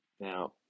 Now